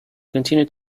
continued